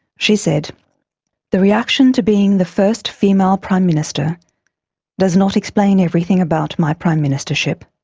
she said the reaction to being the first female prime minister does not explain everything about my prime ministership,